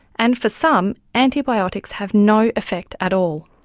and for some, antibiotics have no effect at all.